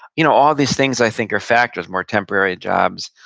you know all these things, i think, are factors. more temporary jobs.